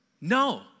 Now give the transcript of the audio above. No